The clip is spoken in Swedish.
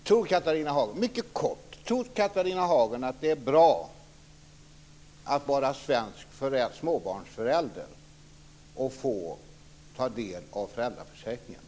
Fru talman! Mycket kort: Tror Catharina Hagen att det är bra att vara svensk småbarnsförälder och få ta del av föräldraförsäkringen?